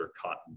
cotton